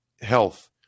health